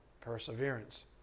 perseverance